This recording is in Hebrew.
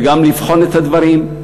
וגם לבחון את הדברים.